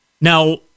Now